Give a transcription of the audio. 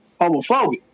homophobic